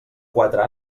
quatre